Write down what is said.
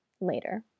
later